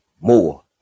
more